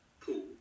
pool